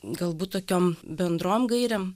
galbūt tokiom bendrom gairėm